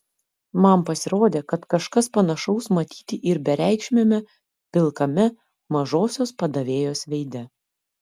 man pasirodė kad kažkas panašaus matyti ir bereikšmiame pilkame mažosios padavėjos veide